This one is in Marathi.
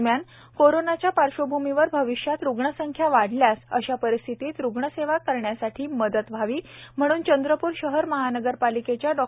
दरम्यान कोरोनाच्या पार्श्वभूमीवर भविष्यात रुग्णसंख्या वाढल्यास अशा परिस्थितीत रुग्णसेवा करण्यासाठी मदत व्हावी म्हणून चंद्रपूर शहर महानगरपालिकेच्या डॉ